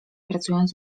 pracując